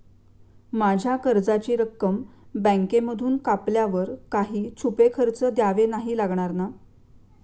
माझ्या कर्जाची रक्कम बँकेमधून कापल्यावर काही छुपे खर्च द्यावे नाही लागणार ना?